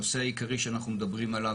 הנושא העיקרי שאנחנו מדברים עליו,